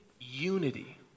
unity